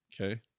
okay